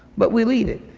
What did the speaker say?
but we'll eat it.